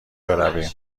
برویم